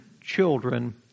children